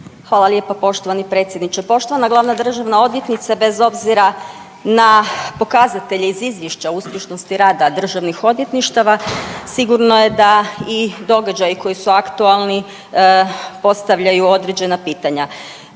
Hvala lijepo poštovani predsjedniče. Poštovani glavna državna odvjetnice, bez obzira na pokazatelje iz Izvješća uspješnosti rada državnih odvjetništava sigurno da i događaji koji su aktualni postavljaju određena pitanja.